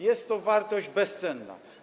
Jest to wartość bezcenna.